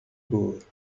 gauche